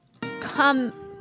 come